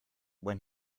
when